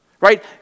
right